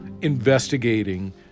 investigating